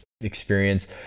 experience